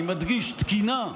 אני מדגיש: תקינה,